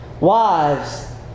Wives